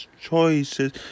choices